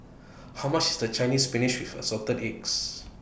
How much IS The Chinese Spinach with Assorted Eggs